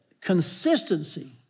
consistency